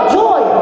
joy